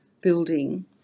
building